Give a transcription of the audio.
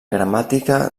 gramàtica